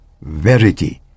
verity